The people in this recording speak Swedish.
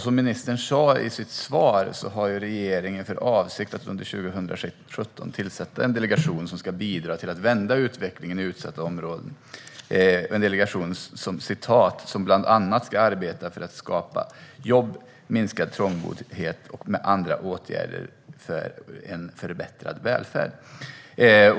Som ministern sa i sitt svar har regeringen för avsikt att under 2017 tillsätta en delegation som ska bidra till att vända utvecklingen i utsatta områden - en delegation som "bland annat ska arbeta för att skapa jobb, minska trångboddhet och med andra åtgärder för en förbättrad välfärd".